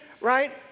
right